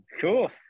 Cool